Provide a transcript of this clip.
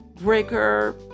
Breaker